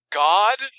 god